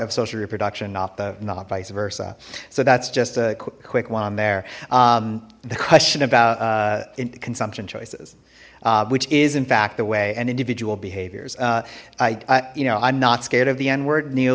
of social reproduction not the not vice versa so that's just a quick one on there the question about consumption choices which is in fact the way and individual behaviors i you know i'm not scared of the n word